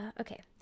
okay